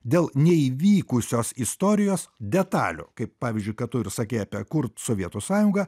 dėl neįvykusios istorijos detalių kaip pavyzdžiui ką tu ir sakei apie kurt sovietų sąjungą